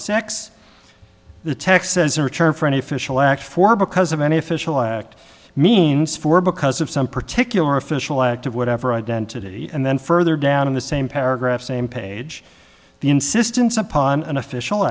secs the text says in return for any official act for because of any official act means for because of some particular official act of whatever identity and then further down in the same paragraph same page the insistence upon an official